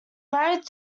married